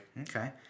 Okay